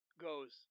goes